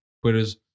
Whereas